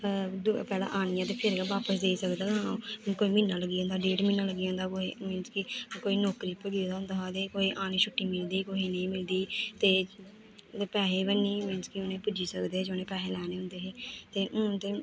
पैह्लें आनियै ते फिर गै बापस देई सकदा हा हून कोई म्हीना लग्गी जंदा हा डेढ म्हीना लग्गी जंदा हा कोई मींस कि कोई नौकरी उप्पर गेदा होंदा हा ते कोई आने दी छुट्टी मिलदी ही कुहै नेईं मिलदी ही ते ओह्दे पैहे बी नेईं मींस कि उ'नेंगी पुज्जी सकदे हे जिनें पैहे लैने होंदे हे ते हून ते